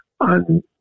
On